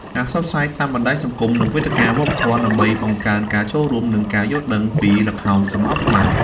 ការផ្សព្វផ្សាយតាមបណ្តាញសង្គម និងវេទិកាវប្បធម៌ ដើម្បីបង្កើនការចូលរួម និងការយល់ដឹងពីល្ខោនស្រមោលខ្មែរ។